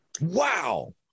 wow